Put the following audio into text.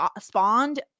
spawned